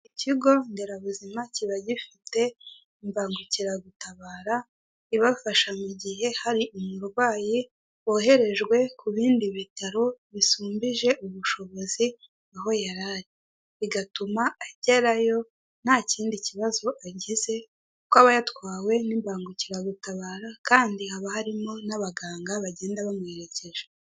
Ikigo nderabuzima kiba gifite imbangukiragutabara ibafasha mu gihe hari umurwayi woherejwe ku bindi bitaro bisumbije ubushobozi aho yari ari. Bigatuma agerayo nta kindi kibazo agize, kuko aba yatwawe n'ibangukiragutabara, kandi haba harimo n'abaganga bagenda bamuherekeje.